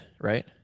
right